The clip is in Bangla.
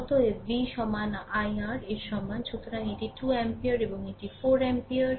অতএব v সমান i R এর সমান সুতরাং এটি 2 অ্যাম্পিয়ার এবং এটি 4 এম্পিয়ার